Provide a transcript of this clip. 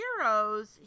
Heroes